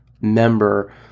member